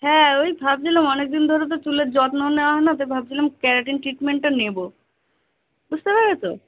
হ্যাঁ ওই ভাবছিলাম অনেক দিন ধরে তো চুলের যত্ন নেওয়া হয় না তাই ভাবছিলাম ক্যারাটিন ট্রিটমেন্টটা নেবো বুঝতে পেরেছো